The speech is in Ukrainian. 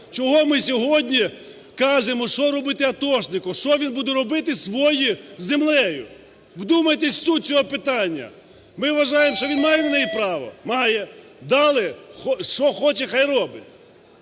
Чого ми сьогодні кажемо, що робити атошнику, що він буде робити зі своєю землею. Вдумайтесь в суть цього питання. Ми вважаємо, що він має на неї право? Має. Дали, що хоче, хай робить.